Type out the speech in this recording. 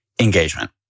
engagement